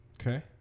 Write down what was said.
Okay